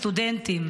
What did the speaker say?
הסטודנטים.